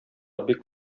бик